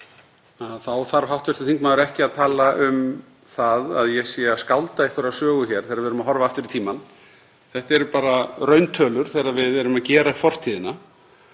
þarf hv. þingmaður ekki að tala um að ég sé að skálda einhverja sögu hér þegar við erum að horfa aftur í tímann. Þetta eru bara rauntölur þegar við erum að gera upp fortíðina